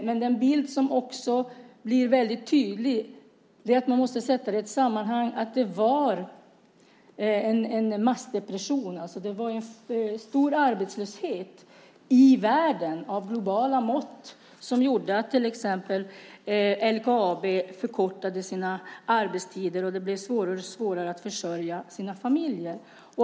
Men den bild som också blir väldigt tydlig, som man måste sätta in i ett sammanhang, är att det var en massdepression och en stor arbetslöshet i världen av globala mått. Det gjorde att till exempel LKAB förkortade sina arbetstider, och det blev svårare och svårare att försörja sina familjer.